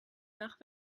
nach